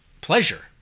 pleasure